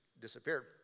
disappeared